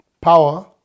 power